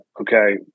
Okay